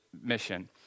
mission